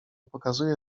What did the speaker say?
pokazuję